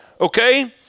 okay